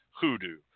Hoodoo